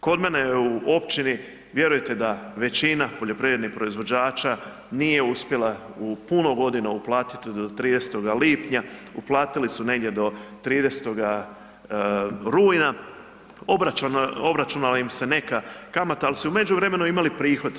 Kod mene u općini vjerujte da većina poljoprivrednih proizvođača nije uspjela u puno godina uplatiti do 30. lipnja, uplatiti su negdje do 30. rujna, obračunala im se neka kamata ali su u međuvremenu imali prihod.